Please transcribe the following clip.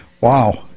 Wow